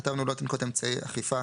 כתבנו "לא תנקוט אמצעי אכיפה",